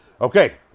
Okay